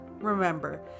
remember